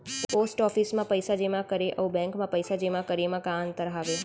post office मा पइसा जेमा करे अऊ बैंक मा पइसा जेमा करे मा का अंतर हावे